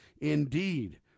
indeed